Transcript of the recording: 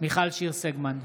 שיר סגמן,